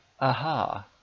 Aha